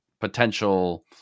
potential